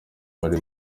bari